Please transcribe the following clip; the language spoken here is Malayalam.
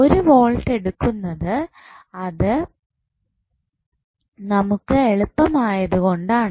ഒരു വോൾട്ട് എടുക്കുന്നത് അത് നമുക്ക് എളുപ്പം ആയതുകൊണ്ടാണ്